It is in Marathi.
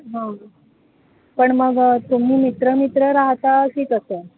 हां पण मग तुम्ही मित्र मित्र राहता की कसं